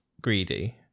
greedy